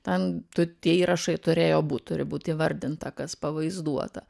ten tu tie įrašai turėjo būt turi būti įvardinta kas pavaizduota